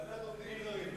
ועדת עובדים זרים.